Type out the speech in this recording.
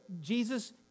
jesus